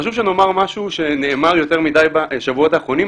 חשוב שנאמר משהו שנאמר יותר מדי בשבועות האחרונים.